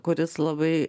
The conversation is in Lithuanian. kuris labai